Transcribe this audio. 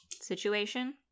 situation